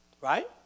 Right